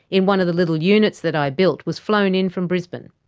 in one of the little units that i built, was flown in from brisbane.